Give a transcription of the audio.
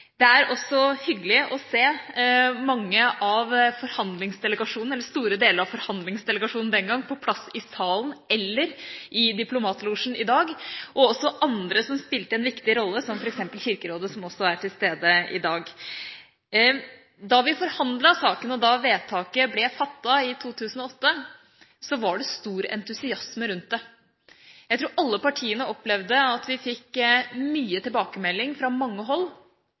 Det er også hyggelig å se mange fra forhandlingsdelegasjonen, eller store deler av forhandlingsdelegasjonen fra den gang på plass i salen eller i diplomatlosjen i dag, og at også andre som spilte en viktig rolle, som f.eks. Kirkerådet, også er til stede i dag. Da vi forhandlet saken, og da vedtaket ble fattet, i 2008, var det stor entusiasme rundt det. Jeg tror alle partiene opplevde at de fikk mye tilbakemelding fra mange hold